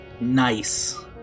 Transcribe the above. nice